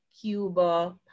Cuba